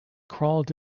crawled